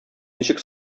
ничек